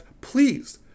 please